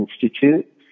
Institute